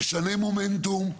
ממשנה מומנטום,